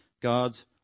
God's